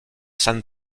san